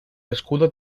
escudo